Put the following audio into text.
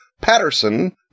patterson